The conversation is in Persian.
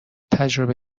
تجربه